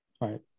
Right